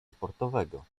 sportowego